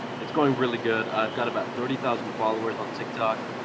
it's going really good. i've got about thirty thousand followers on tik tok,